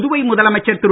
புதுவை முதலமைச்சர் திரு